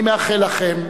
אני מאחל לכם,